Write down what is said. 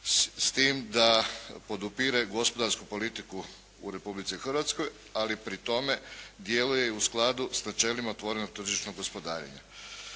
s time da podupire gospodarsku politiku u Republici Hrvatskoj. Ali i pri tome djeluje i u skladu sa načelima otvorenog tržišnog gospodarenja.